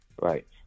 Right